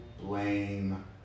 blame